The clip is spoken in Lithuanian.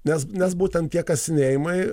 nes nes būtent tie kasinėjimai